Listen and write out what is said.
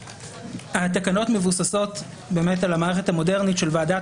התקנות מבוססות על המערכת המודרנית של ועדת